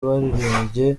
baririmbye